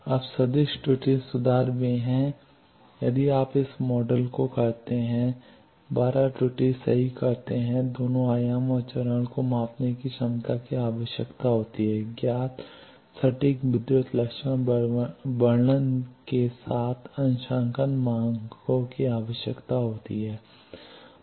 अब सदिश त्रुटि सुधार वे हैं यदि आप इस मॉडल को करते हैं 12 त्रुटि सही करते हैं दोनों आयाम और चरण को मापने की क्षमता की आवश्यकता होती है ज्ञात सटीक विद्युत लक्षण वर्णन के साथ अंशांकन मानकों की आवश्यकता होती है